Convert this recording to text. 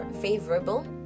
favorable